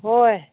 ꯍꯣꯏ